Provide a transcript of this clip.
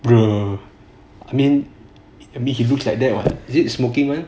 I mean I mean he looks like that [what] is it smoking [one]